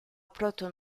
proto